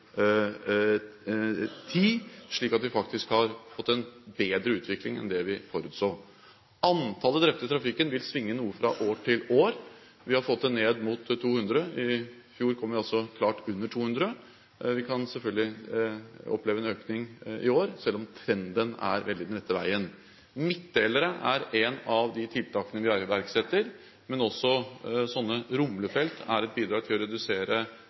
vi har faktisk fått en bedre utvikling enn det vi forutså. Antallet drepte i trafikken vil svinge noe fra år til år. Vi har fått det ned mot 200, i fjor kom vi altså klart under 200. Vi kan selvfølgelig oppleve en økning i år, selv om trenden er at det går den rette veien. Midtdelere er et av de tiltakene vi iverksetter, men også rumlefelt er et bidrag til å redusere